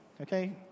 okay